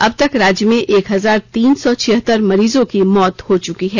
अब तक राज्य में एक हजार तीन सौ छिहत्तर मरीजों की मौत हो चुकी है